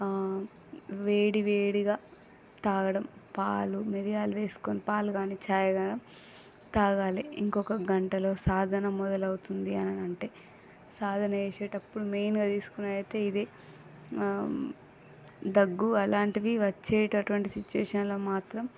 వేడి వేడిగా తాగడం పాలు మిరియాలు వేసుకొని పాలు కాని చాయ్ కానీ తాగాలి ఇంకొక గంటలో సాధన మొదలవుతుంది అననంటే సాధన చేసేటప్పుడు మెయిన్గా తీసుకునేది అయితే ఇదే దగ్గు అలాంటివి వచ్చేటటువంటి సుచ్చివేషన్లో మాత్రం